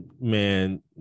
Man